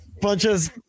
Bunches